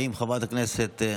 האם חברת הכנסת,